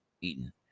eaten